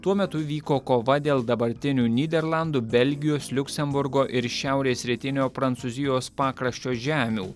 tuo metu vyko kova dėl dabartinių nyderlandų belgijos liuksemburgo ir šiaurės rytinio prancūzijos pakraščio žemių